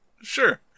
Sure